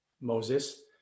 moses